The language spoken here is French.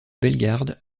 bellegarde